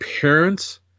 parents